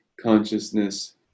consciousness